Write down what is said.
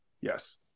Yes